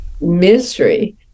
misery